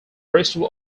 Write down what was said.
bristol